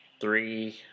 three